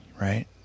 right